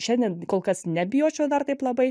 šiandien kol kas nebijočiau dar taip labai